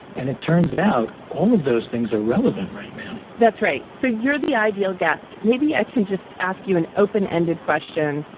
and it turns out all of those things are relevant right now that's right. so you're the ideal guest. maybe i can just ask you an open ended question.